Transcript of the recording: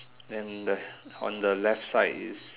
and the on the left side is